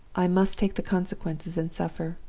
i must take the consequences and suffer.